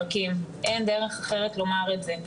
אין דרך אחרת לומר את זה.